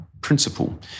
principle